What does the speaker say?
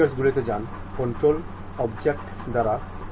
এর জন্য আমাদের যে কোনও একটি অংশ নির্বাচন করতে হবে